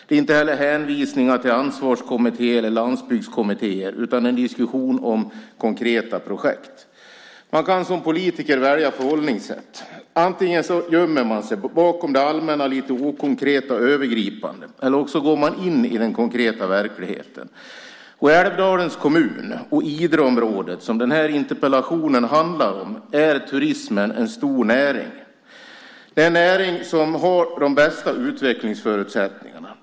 Det är inte heller hänvisningar till Ansvarskommittén eller landsbygdskommittéer, utan en diskussion om konkreta projekt. Man kan som politiker välja förhållningssätt. Antingen gömmer man sig bakom det allmänna, lite okonkreta och övergripande, eller också går man in i den konkreta verkligheten. I Älvdalens kommun och i Idreområdet, som den här interpellationen handlar om, är turismen en stor näring. Det är den näring som har de bästa utvecklingsförutsättningarna.